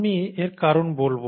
আমি এর কারণ বলব